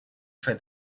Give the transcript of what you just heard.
for